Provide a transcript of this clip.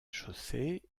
chaussée